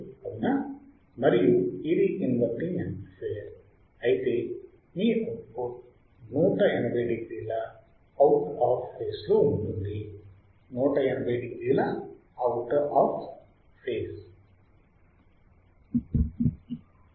మరియు ఇది inverting amplifier అయితే మీ అవుట్పుట్ 180 అవుట్ ఆఫ్ ఫేజ్ లో ఉంటుంది 180 డిగ్రీల అవుట్ ఆఫ్ ఫేజ్